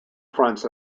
fronts